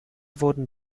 wurden